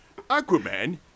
Aquaman